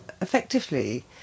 effectively